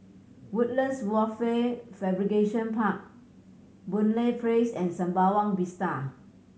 Woodlands Wafer Fabrication Park Boon Lay Place and Sembawang Vista